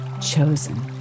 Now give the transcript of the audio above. chosen